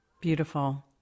Beautiful